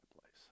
place